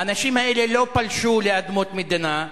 האנשים האלה לא פלשו לאדמות מדינה,